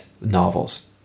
novels